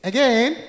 Again